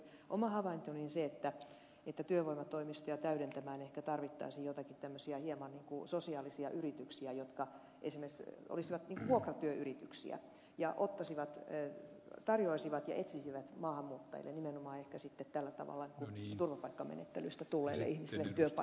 oma havaintoni on se että työvoimatoimistoja täydentämään ehkä tarvittaisiin joitakin tämmöisiä hieman kuin sosiaalisia yrityksiä jotka esimerkiksi olisivat kuin vuokratyöyrityksiä ja tarjoaisivat ja etsisivät maahanmuuttajille nimenomaan turvapaikkamenettelystä tulleille ihmisille ehkä sitten tällä tavalla työpaikkoja